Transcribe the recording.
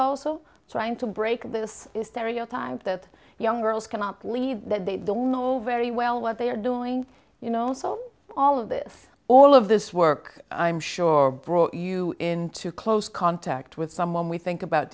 also trying to break this is stereotype that young girls cannot believe that they don't know very well what they are doing you know so all of this all of this work i'm sure brought you into close contact with someone we think about